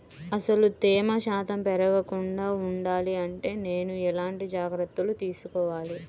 అసలు తేమ శాతం పెరగకుండా వుండాలి అంటే నేను ఎలాంటి జాగ్రత్తలు తీసుకోవాలి?